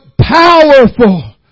powerful